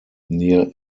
near